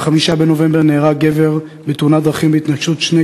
ב-5 בנובמבר נהרג גבר בתאונת דרכים בהתנגשות שני